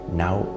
now